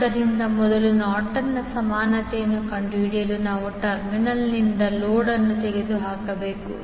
ಆದ್ದರಿಂದ ಮೊದಲು ನಾರ್ಟನ್ನ ಸಮಾನತೆಯನ್ನು ಕಂಡುಹಿಡಿಯಲು ನಾವು ಟರ್ಮಿನಲ್ನಿಂದ ಲೋಡ್ ಅನ್ನು ತೆಗೆದುಹಾಕಬೇಕು